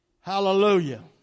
Hallelujah